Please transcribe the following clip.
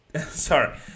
sorry